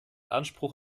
anspruch